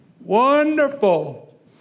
wonderful